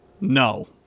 No